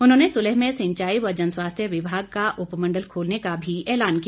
उन्होंने सुलह में सिंचाई व जनस्वास्थ्य विभाग का उपमंडल खोलने का भी ऐलान किया